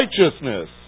righteousness